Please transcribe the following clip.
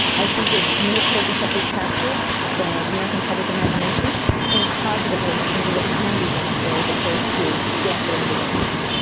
i think it may have served to help recapture the american public's imagination in a positive way in terms of what can be done up there as opposed to the actual ending of the movie.